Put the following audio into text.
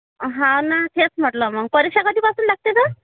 हा ना तेच म्हटलं मग परीक्षा कधीपासून लागते तर